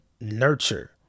nurture